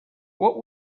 what